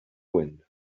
wind